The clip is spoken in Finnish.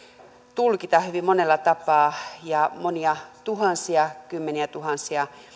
tulkita hyvin monella tapaa ja monia tuhansia kymmeniätuhansia